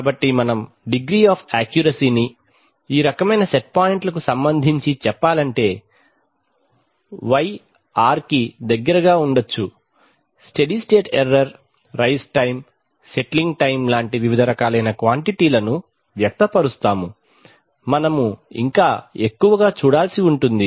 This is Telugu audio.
కాబట్టి మనండిగ్రీ ఆఫ్ యాక్యూరసీ ని ఈ రకమైన సెట్ పాయింట్లకు సంబంధించి చెప్పాలంటే y r కి దగ్గరగా ఉండొచ్చు steady state error rise time settling time లాంటి వివిధ రకాలైన క్వాంటిటీ లను వ్యక్తపరుస్తాము మనము ఇంకా ఎక్కువగా చూడాల్సి ఉంటుంది